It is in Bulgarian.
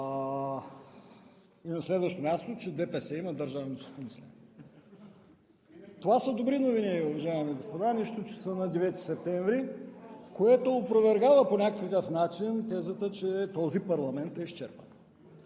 И на следващо място, че ДПС има държавническо мислене. Това са добри новини, уважаеми господа, нищо, че са на 9 септември, което опровергава по някакъв начин тезата, че този парламент е изчерпан.